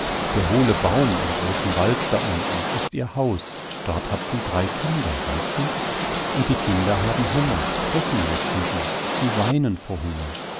der hohle baum im großen wald da unten ist ihr haus dort hat sie drei kinder weißt du und die kinder haben hunger essen möchten sie sie weinen vor hunger